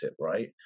right